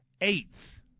eighth